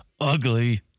ugly